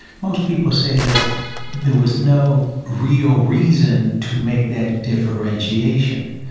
most people say that there was no real reason to make that differentiation,